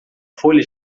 folha